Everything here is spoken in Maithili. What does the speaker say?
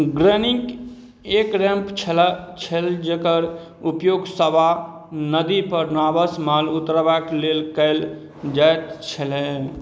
ग्रनिक एक रैम्प छला छल जकर उपयोग सावा नदीपर नावसे माल उतारबाके लेल कएल जाएत छलै